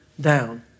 down